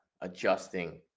adjusting